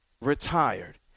retired